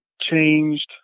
changed